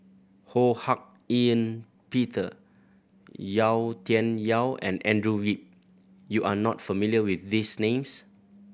Ho Hak Ean Peter Yau Tian Yau and Andrew Yip you are not familiar with these names